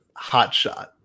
Hotshot